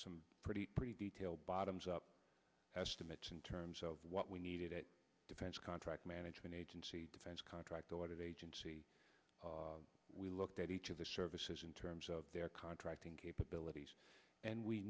some pretty pretty detailed bottoms up estimates in terms of what we needed it defense contract management agency defense contract audit agency we looked at each of the services in terms of their contracting capabilities and we